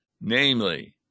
Namely